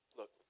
Look